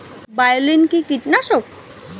বায়োলিন কি কীটনাশক?